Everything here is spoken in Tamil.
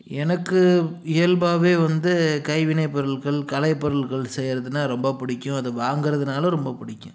எனக்கு இயல்பாகவே வந்து கைவினை பொருட்கள் கலை பொருட்கள் செய்யிறதுன்னா ரொம்ப பிடிக்கும் அது வாங்குறதுனாலும் ரொம்ப பிடிக்கும்